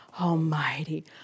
Almighty